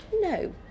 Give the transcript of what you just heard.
No